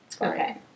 Okay